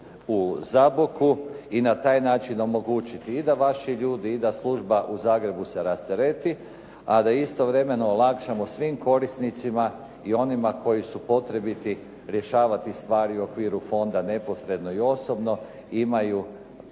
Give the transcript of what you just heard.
u Zaboku i na taj način omogućiti i da vaši ljudi i da služba u Zagrebu se rastereti, a da istovremeno svim korisnicima i onima koji su potrebiti rješavati stvari u okviru fonda neposredno i osobno imaju